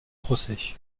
procès